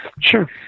Sure